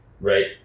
right